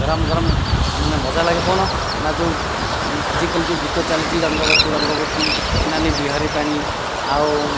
ଗରମ ଗରମ ଆଉ ମାନେ ମଜା ଲାଗେ କ'ଣ ନା ଯେଉଁ ଆଜିକାଲି ଯେଉଁ ଗୀତ ଚାଲିଛି ରଙ୍ଗବତୀ ରଙ୍ଗବତୀ ନାନି ବିହାରୀ ପାଣି ଆଉ